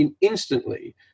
instantly